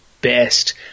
best